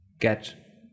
get